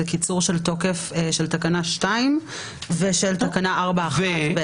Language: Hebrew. זה קיצור של תוקף של תקנה 2 ושל תקנה 4(1)(ב).